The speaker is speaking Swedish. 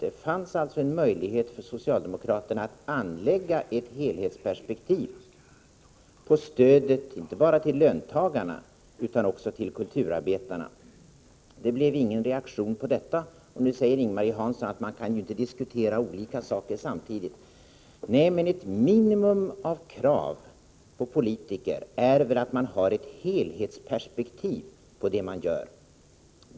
Det fanns alltså en möjlighet för socialdemokraterna att anlägga ett helhetsperspektiv på stödet inte bara till löntagarna utan också till kulturar betarna. Det blev dock ingen reaktion. Nu säger Ing-Marie Hansson att man inte kan diskutera olika saker samtidigt. Nej, men ett minimikrav på politiker är väl att de har ett helhetsperspektiv på vad de gör.